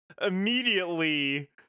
immediately